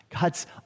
God's